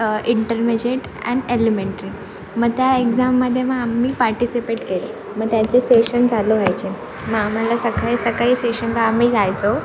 intermediate and elementary मग त्या एक्झाममध्ये मग आम्ही पार्टिसिपेट केलं मग त्याचे सेशन चालू व्हायचे मग आम्हाला सकाळी सकाळी सेशनला आम्ही जायचो